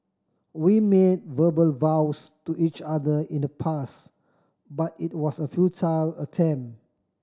we made verbal vows to each other in the past but it was a futile attempt